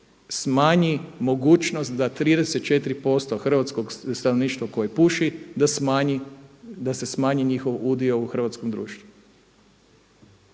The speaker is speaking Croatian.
smanji mogućnost da 34% hrvatskog stanovništva koje puši da se smanji njihov udio u hrvatskom društvu.